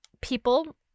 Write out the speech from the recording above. people